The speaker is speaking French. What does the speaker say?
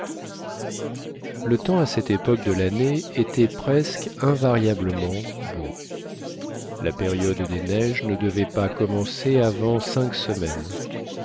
le temps à cette époque de l'année était presque invariablement beau la période des neiges ne devait pas commencer avant cinq semaines